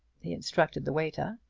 he instructed the waiter.